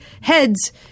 heads